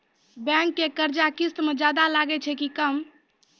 Bank के कर्जा किस्त मे ज्यादा लागै छै कि कम?